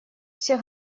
все